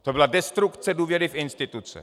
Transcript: To byla destrukce důvěry v instituce.